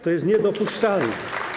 To jest niedopuszczalne.